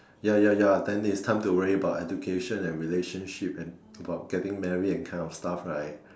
ya ya ya then it's time to worry about education and relationship and about getting married these kind of stuff right